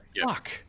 Fuck